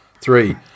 three